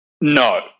No